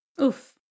Oof